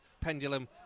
pendulum